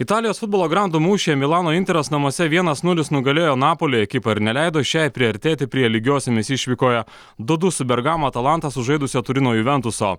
italijos futbolo grandų mūšyje milano interas namuose vienas nulis nugalėjo napoli ekipą ir neleido šiai priartėti prie lygiosiomis išvykoje du du su bergamo atalanta sužaidusio turino juventuso